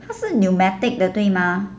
它是 pneumatic 的对吗